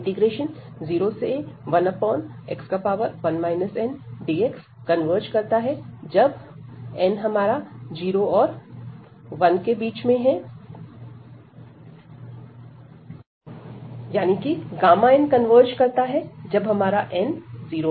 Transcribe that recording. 0a1x1 ndx converge करता है जब 0n1 ⟹ Γn कन्वर्ज करता है जब 0n1